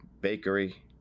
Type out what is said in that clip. bakery